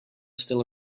still